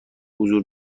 حضور